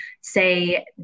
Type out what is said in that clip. say